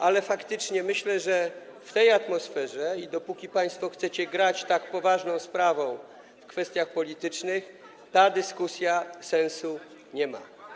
Ale faktycznie myślę, że w tej atmosferze i dopóki państwo chcecie grać tak poważną sprawą w kwestiach politycznych, ta dyskusja sensu nie ma.